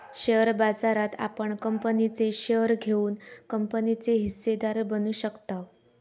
share बाजारात आपण कंपनीचे शेअर घेऊन कंपनीचे हिस्सेदार बनू शकताव